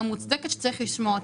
גם מוצדקת שצריך לשמוע אותה.